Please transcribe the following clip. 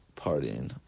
partying